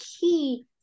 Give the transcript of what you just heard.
key